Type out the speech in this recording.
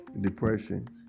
depression